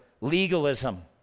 legalism